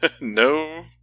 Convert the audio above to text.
No